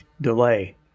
delay